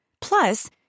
Plus